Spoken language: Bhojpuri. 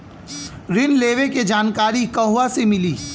ऋण लेवे के जानकारी कहवा से मिली?